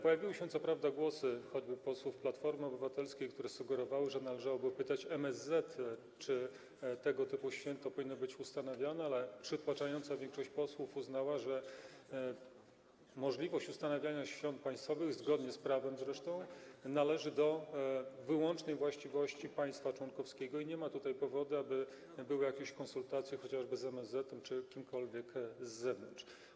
Pojawiły się co prawda głosy, choćby posłów Platformy Obywatelskiej, które sugerowały, że należałoby pytać MSZ, czy tego typu święto powinno być ustanowione, ale przytłaczająca większość posłów uznała, że możliwość ustanawiania świąt państwowych, zresztą zgodnie z prawem, należy do wyłącznej właściwości państwa członkowskiego i nie ma powodu, aby były jakieś konsultacje, chociażby z MSZ-etem czy kimkolwiek z zewnątrz.